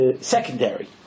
secondary